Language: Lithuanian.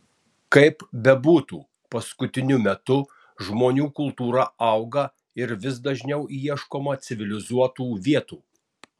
kaip bebūtų paskutiniu metu žmonių kultūra auga ir vis dažniau ieškoma civilizuotų vietų